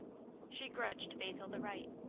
she grudged basil the right.